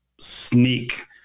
sneak